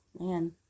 man